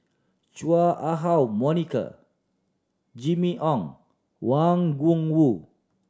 Chua Ah Huwa Monica Jimmy Ong Wang Gungwu